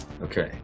Okay